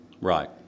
right